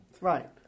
Right